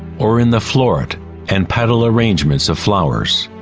or in the floret and petal arrangements of flowers.